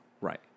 right